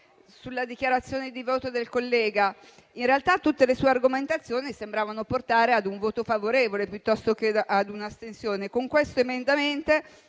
sulla dichiarazione di voto del collega. In realtà tutte le sue argomentazioni sembravano portare ad un voto favorevole, piuttosto che ad un'astensione. Con questo emendamento